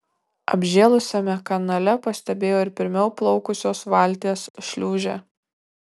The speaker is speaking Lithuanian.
apžėlusiame kanale pastebėjo ir pirmiau plaukusios valties šliūžę